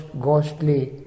ghostly